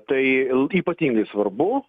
tai il ypatingai svarbu